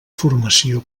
formació